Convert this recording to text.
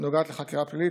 נוגעת לחקירה פלילית,